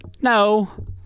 No